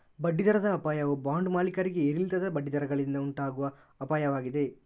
ಬಡ್ಡಿ ದರದ ಅಪಾಯವು ಬಾಂಡ್ ಮಾಲೀಕರಿಗೆ ಏರಿಳಿತದ ಬಡ್ಡಿ ದರಗಳಿಂದ ಉಂಟಾಗುವ ಅಪಾಯವಾಗಿದೆ